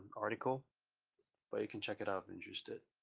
article but you can check it out if interested.